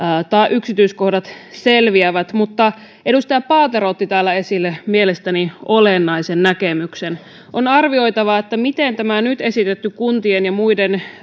yksityiskohdat selviävät edustaja paatero otti täällä esille mielestäni olennaisen näkemyksen on arvioitava miten tämä nyt esitetty kuntien ja muiden